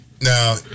now